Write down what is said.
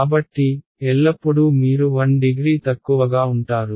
కాబట్టి ఎల్లప్పుడూ మీరు 1 డిగ్రీ తక్కువగా ఉంటారు